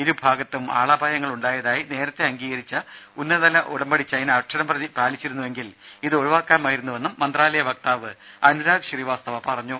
ഇരുഭാഗത്തും ആളപായങ്ങൾ ഉണ്ടായതായി നേരത്തെ അംഗീകരിച്ച ഉന്നതതല ഉടമ്പടി ചൈന അക്ഷരംപ്രതി പാലിച്ചിരുന്നുവെങ്കിൽ ഇത് ഒഴിവാക്കാമായിരുന്നുവെന്നും മന്ത്രാലയ വക്താവ് അനുരാഗ് ശ്രീവാസ്തവ പറഞ്ഞു